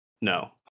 no